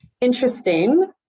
interesting